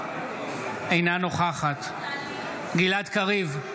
אינה נוכחת גלעד קריב,